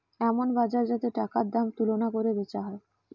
এমন বাজার যাতে টাকার দাম তুলনা কোরে বেচা হয়